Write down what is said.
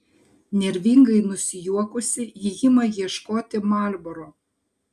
nervingai nusijuokusi ji ima ieškoti marlboro